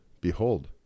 Behold